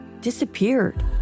disappeared